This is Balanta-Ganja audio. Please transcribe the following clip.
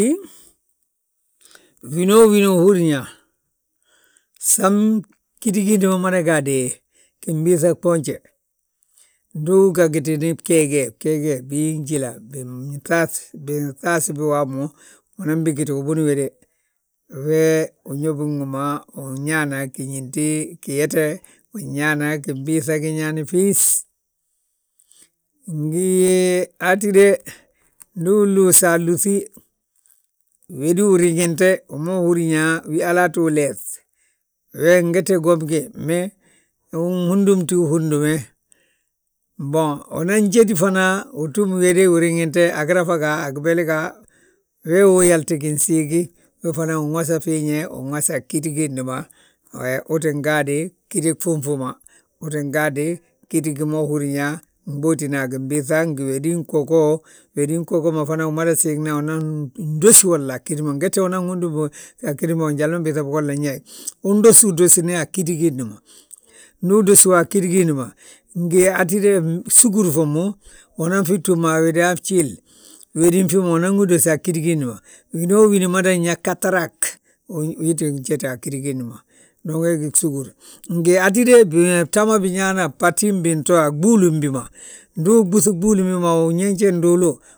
Winoo winoo húrn yaa, sam ggíti giinda mada gaade gibiiŧa gboonje, ndu uga gitini bgeege, bgeege, biin jíla. Binŧaasbi wammu, unan bi giti ubuni wéde, we uñóbi wi ma, win ñaana giñinti giyete, win ñaana ginbiiŧa giñaani fis. Ngi hatíde, ndu uluua alúŧi, wédi uriŋinte, wima húrin yaa halaa ttu leef, we ngete gwom gi mee, unhudumti hudume. Boŋ unan jéti fana, utúm wédi uriŋinte a girafa ga, a gibeli ga. Wee wi uyalti ginsiigi, we fana win wosa fana win wosa fiiñe, ggíti giinde, utin gaadi, ggíti gfúmfuma, utin gaadi ggít gima húrin yaa, mbóotina a gimbiiŧa ngi wédin ggoggo. Wédin ggoggo ma fana umada siigna unan dosi wolla a ggíti ma ngette unan wundum wi, yaa ggíti ma njali ma mbiiŧa bo bigolla nyaayi. Undosidosina a ggíti giindi ma ndu udosiwi a ggíti giindi ma, ngi hatiden, fsugur fommu, unan fi túm a wéde han bjiil, wédi fi ma unan fi dosi a ggíti giindi ma. Winoo wini mada yaa gatarag, uu tti njete a ggíti giindi ma, dong we gí gsugur. Ngi hatide bta ma binyaana batibintoo, ŋɓúulim bima, ndu uɓuŧ ŋɓúŧi ɓúulim bima, uñinji nduulu.